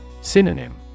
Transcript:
Synonym